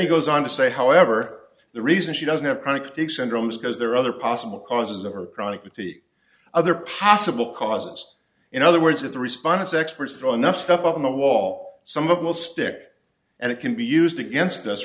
then goes on to say however the reason she doesn't have chronic fatigue syndrome is because there are other possible causes of her chronic fatigue other possible costs in other words if the response experts strong enough step up on the wall some up will stick and it can be used against us